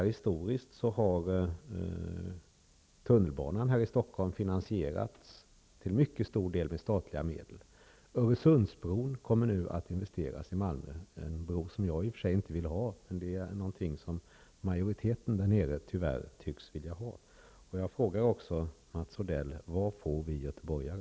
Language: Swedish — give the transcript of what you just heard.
Historiskt har tunnelbanan här i Stockholm till mycket stor del finansierats med statliga medel. Investeringar i Öresundsbron kommer nu att ske i Malmö. Det är i och för sig en bro som jag inte vill ha, men det är något som majoriteten där nere tyvärr tycks vilja ha. Jag frågar Mats Odell: Vad får vi göteborgare?